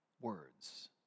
words